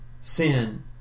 sin